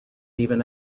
even